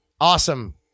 Awesome